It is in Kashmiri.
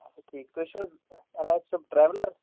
اَچھا ٹھیٖک تُہۍ چھِو حظ عنایَت صٲب ٹرٛیولَر